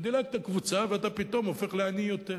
ודילגת קבוצה, ופתאום אתה הופך לעני יותר.